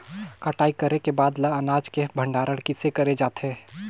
कटाई करे के बाद ल अनाज के भंडारण किसे करे जाथे?